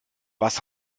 was